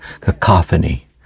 cacophony